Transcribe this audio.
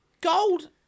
gold